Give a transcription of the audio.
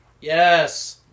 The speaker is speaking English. Yes